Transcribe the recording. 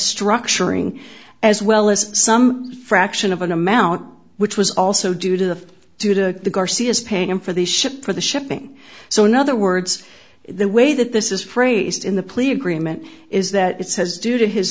structuring as well as some fraction of an amount which was also due to the due to the garcias paying him for the ship for the shipping so in other words the way that this is phrased in the plea agreement is that it says due to his